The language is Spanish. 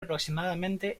aproximadamente